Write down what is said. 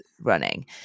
running